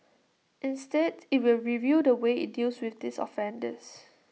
instead IT will review the way IT deals with these offenders